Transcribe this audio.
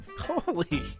Holy